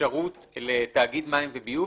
אפשרות לתאגיד מים וביוב,